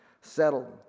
settled